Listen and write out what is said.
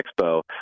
expo